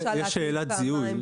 יש שאלת זיהוי.